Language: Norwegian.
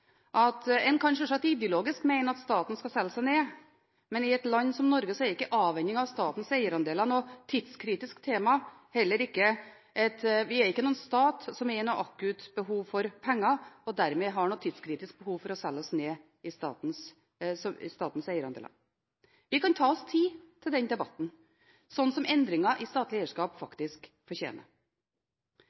at en sjølsagt ideologisk kan mene at staten skal selge seg ned, men i et land som Norge er ikke avhending av statens eierandeler noe tidskritisk tema. Vi er ikke en stat som er i akutt behov for penger og dermed har noe tidskritisk behov for å selge statens eierandeler. Vi kan ta oss tid til den debatten – som endringer i statlig eierskap faktisk fortjener.